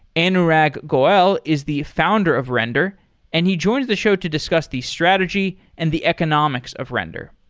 anurag goel is the founder of render and he joins the show to discuss the strategy and the economics of render.